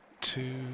two